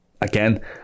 again